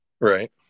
Right